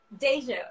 Deja